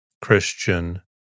Christian